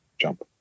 jump